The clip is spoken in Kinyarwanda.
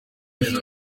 gitwaza